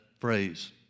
phrase